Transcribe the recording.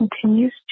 continues